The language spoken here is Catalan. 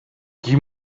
qui